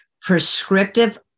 prescriptive